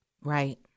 Right